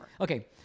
Okay